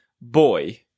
boy